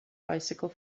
bycicle